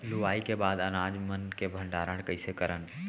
लुवाई के बाद अनाज मन के भंडारण कईसे करन?